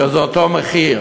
וזה אותו מחיר.